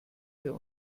wir